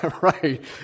right